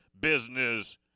business